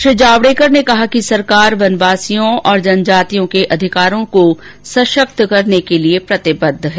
श्री जावडेकर ने कहा कि सरकार वनवासियों और जनजातियों के अधिकारों को सशक्त करने के लिए प्रतिबद्ध है